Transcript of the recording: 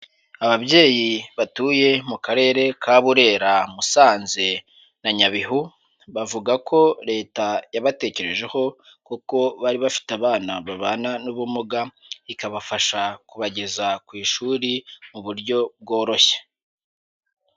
Ababyeyi batuye mu karere ka Burera, Musanze na Nyabihu, bavuga ko Leta yabatekerejeho kuko bari bafite abana babana n'ubumuga, ikabafasha kubageza ku ishuri mu buryo bworoshye.